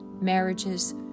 marriages